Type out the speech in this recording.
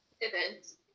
Events